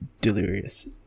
delirious